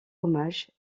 hommages